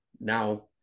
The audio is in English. now